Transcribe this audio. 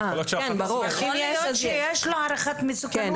יכול להיות שיש לו הערכת מסוכנות.